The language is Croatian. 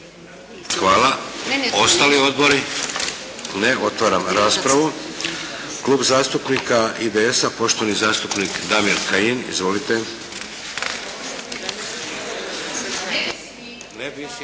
Hvala. Ostali odbori? Ne. Otvaram raspravu. Klub zastupnika IDS-a, poštovani zastupnik Damir Kajin. Izvolite!